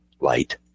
light